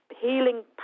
healing